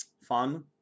fun